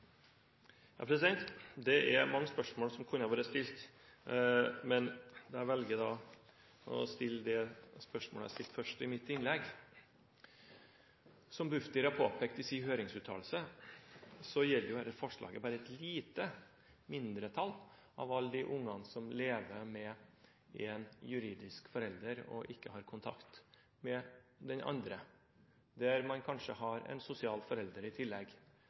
mange spørsmål som kunne vært stilt. Jeg velger å stille det spørsmålet jeg stilte først i mitt innlegg. Som Bufdir har påpekt i sin høringsuttalelse, gjelder dette forslaget bare et lite mindretall av alle de ungene som lever med én juridisk forelder og ikke har kontakt med den andre, og som i tillegg kanskje har en sosial forelder i